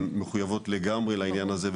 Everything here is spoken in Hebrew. הן מחויבות לגמרי לעניין הזה,